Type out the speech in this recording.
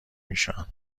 ایشان